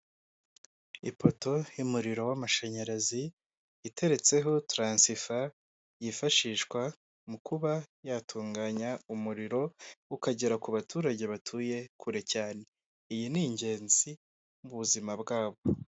Ipoto y'umuriro w'amashanyarazi iteretseho taransifa yifashishwa mu kuba yatunganya umuriro ukagera ku baturage batuye kure cyane, iyi ni ingenzi mu buzima bwabo.